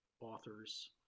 authors